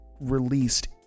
released